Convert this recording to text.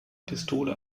pistole